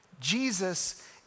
Jesus